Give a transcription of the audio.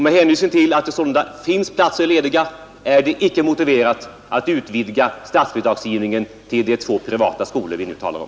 Med hänvisning till att det sålunda finns platser lediga är det icke motiverat att utvidga statsbidragsgivningen till de två privata skolor vi nu talar om.